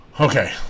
Okay